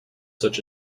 such